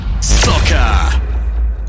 Soccer